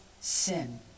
sin